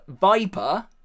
Viper